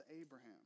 Abraham